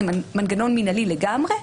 זה מנגנון מינהלי לגמרי.